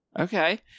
Okay